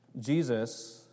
Jesus